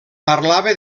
parlava